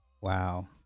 Wow